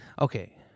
Okay